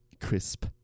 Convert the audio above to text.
crisp